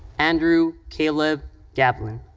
andrew caleb gavlin.